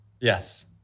yes